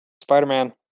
Spider-Man